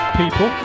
people